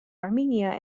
armenia